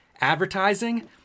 advertising